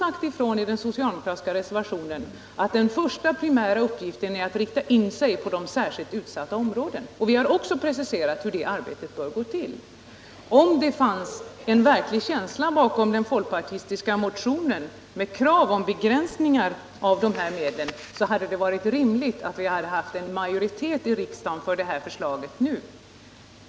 Vi har i den socialdemokratiska reservationen också sagt ifrån att den första primära uppgiften är att rikta in sig på de särskilt utsatta områdena. Vi har också preciserat hur det arbetet bör gå till. Om det fanns en verklig känsla bakom den folkpartistiska motionen med krav på begränsningar av dessa medel, hade det varit rimligt att vi nu i riksdagen hade haft en majoritet för det här förslaget.